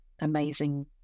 amazing